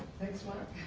thanks mark.